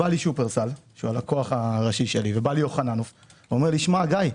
שופרסל שהוא הלקוח הראשי שלי ויוחננוף אומרים לי: גיא,